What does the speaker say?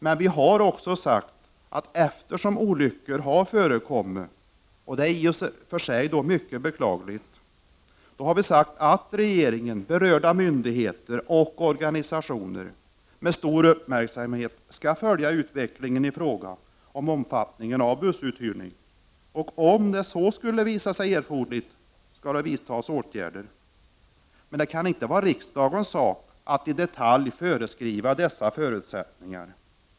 Men vi har sagt att eftersom olyckor har förekommit — och det är i sig mycket beklagligt — skall regeringen, berörda myndigheter och organisationer med stor uppmärksamhet följa utvecklingen i fråga om omfattningen av bussuthyrning samt, om det skulle visa sig erforderligt, vidta åtgärder. Det kan inte vara riksdagens sak att i detalj föreskriva dessa förutsättningar.